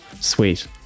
Sweet